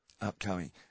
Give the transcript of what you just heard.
Upcoming